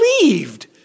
believed